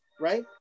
right